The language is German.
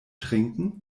trinken